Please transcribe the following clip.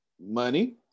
money